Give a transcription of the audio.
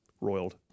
roiled